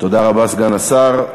תודה רבה, סגן השר.